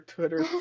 Twitter